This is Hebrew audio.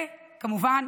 וכמובן,